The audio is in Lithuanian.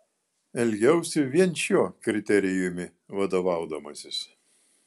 elgiausi vien šiuo kriterijumi vadovaudamasis